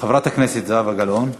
חברת הכנסת זהבה גלאון.